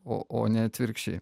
o ne atvirkščiai